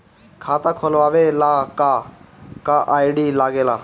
खाता खोलवावे ला का का आई.डी लागेला?